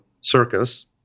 circus